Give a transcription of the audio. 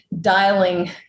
dialing